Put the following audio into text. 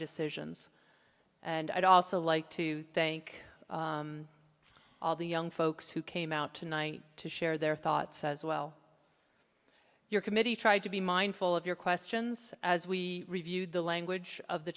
decisions and i'd also like to thank all the young folks who came out tonight to share their thoughts as well your committee tried to be mindful of your questions as we reviewed the language of the